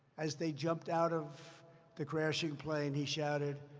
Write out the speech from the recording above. as they jumped out of the crashing plane, he shouted,